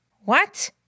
What